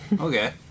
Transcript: okay